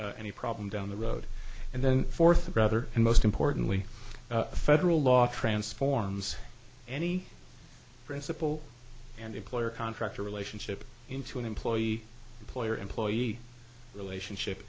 any problem down the road and then fourth brother and most importantly federal law transforms any principle and employer contractor relationship into an employee employer employee relationship